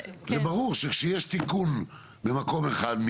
זה ברור שכשיש תיקון במקום אחד,